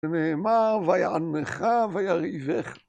‫שנאמר, ויענך ויריבך.